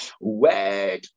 word